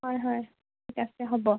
হয় হয় ঠিক আছে হ'ব